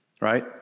right